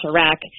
Iraq